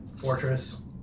fortress